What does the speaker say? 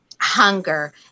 hunger